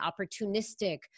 opportunistic